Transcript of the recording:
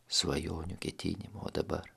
svajonių ketinimų o dabar